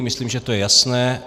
Myslím, že to je jasné.